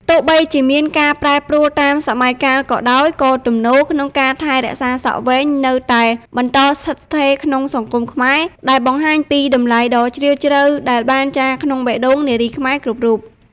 ទោះបីជាមានការប្រែប្រួលតាមសម័យកាលក៏ដោយ ក៏ទំនោរក្នុងការថែរក្សាសក់វែងនៅតែបន្តស្ថិតស្ថេរក្នុងសង្គមខ្មែរ ដែលបង្ហាញពី តម្លៃដ៏ជ្រាលជ្រៅ ដែលបានចារក្នុងបេះដូងនារីខ្មែរគ្រប់រូប។